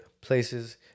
places